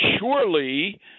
surely